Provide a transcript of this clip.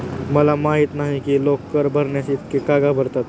मला माहित नाही की लोक कर भरण्यास इतके का घाबरतात